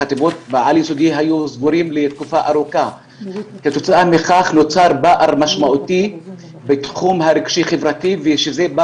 לגבי ההערה שכתוצאה מהדבר הזה נכנסים גם